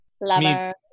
Lover